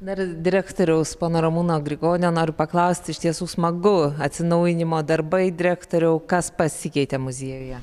dar direktoriaus pono ramūno grigonio noriu paklausti iš tiesų smagu atsinaujinimo darbai direktoriau kas pasikeitė muziejuje